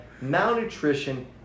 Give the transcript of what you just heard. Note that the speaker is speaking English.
malnutrition